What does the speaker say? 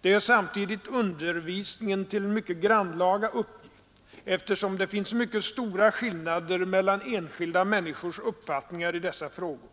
Det gör samtidigt undervisningen till en ytterst grannlaga uppgift, eftersom det finns mycket stora skillnader mellan enskilda människors uppfattningar i dessa frågor.